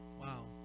Wow